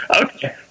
okay